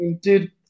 dude